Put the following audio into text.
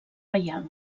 reial